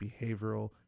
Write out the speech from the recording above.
Behavioral